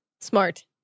Smart